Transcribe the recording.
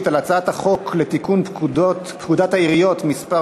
על הצעת חוק לתיקון פקודת העיריות (מס'